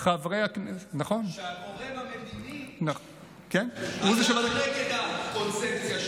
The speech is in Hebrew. שהגורם המדיני הלך נגד הקונספציה,